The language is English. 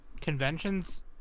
conventions